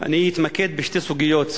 אני אתמקד בשתי סוגיות.